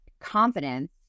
confidence